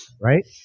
right